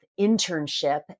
internship